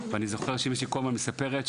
אימא שלי כל הזמן מספרת,